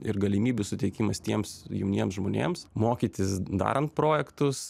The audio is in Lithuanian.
ir galimybių suteikimas tiems jauniems žmonėms mokytis darant projektus